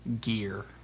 gear